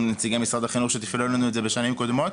נציגי משרד החינוך שתפעלו לנו את זה בשנים קודמות.